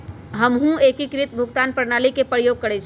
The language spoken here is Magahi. हमहु एकीकृत भुगतान प्रणाली के प्रयोग करइछि